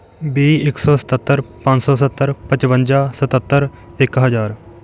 ਵੀਹ ਇੱਕ ਸੌ ਸਤੱਤਰ ਪੰਜ ਸੌ ਸੱਤਰ ਪਚਵੰਜਾ ਸਤੱਤਰ ਇੱਕ ਹਜ਼ਾਰ